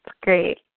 Great